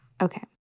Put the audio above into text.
okay